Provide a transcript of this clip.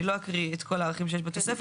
אני לא אקריא את כל הערכים שיש בתוספת.